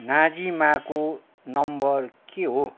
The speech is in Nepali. नाजिमाको नम्बर के हो